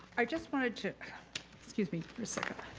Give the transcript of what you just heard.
i just wanted to excuse me for a second